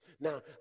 Now